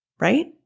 right